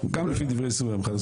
גם לפי דברי משרד איכות הסביבה.